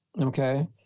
okay